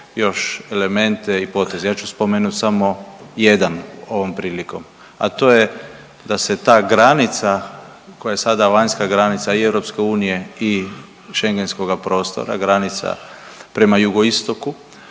još elemente i poteze. Ja ću spomenuti samo jedan ovom prilikom, a to je da se ta granica koja je sada vanjska granica i EU i Schengenskoga prostora, granica prema jugoistoku